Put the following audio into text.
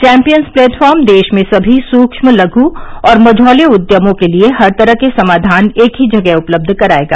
champions platform देश में सभी सुक्ष्म लघ् और मज्ञौले उद्यमों के लिए हर तरह के समाधान एक ही जगह उपलब्ध करायेगा